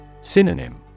Synonym